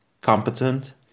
competent